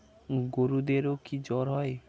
গরুদেরও কি জ্বর হয়?